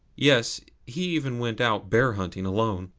yes, he even went out bear hunting alone,